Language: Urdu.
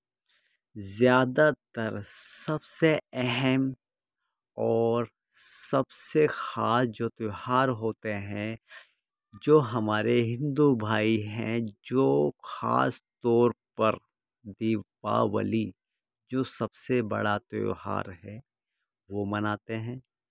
زیادہ تر سب سے اہم اور سب سے خاص جو تہوار ہوتے ہیں جو ہمارے ہندو بھائی ہیں جو خاص طور پر دیپاولی جو سب سے بڑا تہوار ہے وہ مناتے ہیں